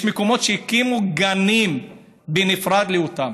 יש מקומות שהקימו גנים בנפרד בשבילם.